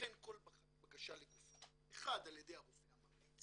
שתיבחן כל בקשה לגופה: אחד, על ידי הרופא הממליץ